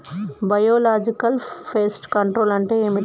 Biological pest control అంటే ఏమిటి?